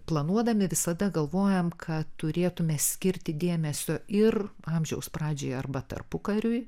planuodami visada galvojam kad turėtume skirti dėmesio ir amžiaus pradžiai arba tarpukariui